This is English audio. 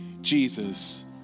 Jesus